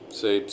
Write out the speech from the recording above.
say